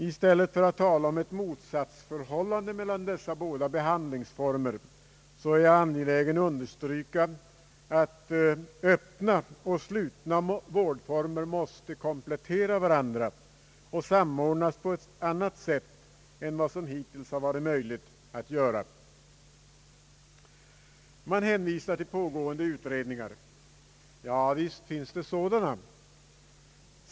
I stället för att tala om ett motsatsförhållande mellan dessa båda behandlingsformer är jag angelägen understryka att öppna och slutna vårdformer måste komplettera varandra och samordnas på ett annat sätt än vad som hittills varit möjligt. Man hänvisar till pågående utredningar. Ja, visst finns det sådana.